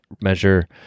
measure